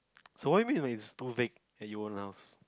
so what you mean when it's too vague at your own house